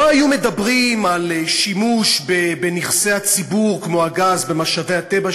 לא היו מדברים על שימוש בנכסי הציבור כמו הגז ומשאבי הטבע,